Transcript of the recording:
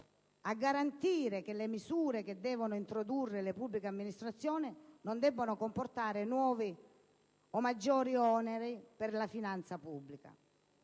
a garantire che le misure che devono introdurre le pubbliche amministrazioni non debbano comportare nuovi o maggiori oneri per la finanza pubblica.